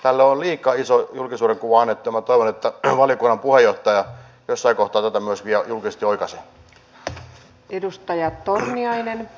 tälle on liika iso julkisuudenkuva annettu ja minä toivon että valiokunnan puheenjohtaja jossain kohtaa tätä myös vielä julkisesti oikaisee